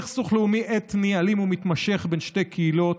סכסוך לאומי אתני אלים ומתמשך בין שתי קהילות.